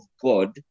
God